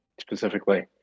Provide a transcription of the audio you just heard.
specifically